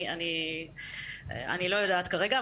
אני לא יודעת כרגע.